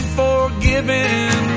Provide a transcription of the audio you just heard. forgiven